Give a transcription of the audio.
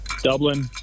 Dublin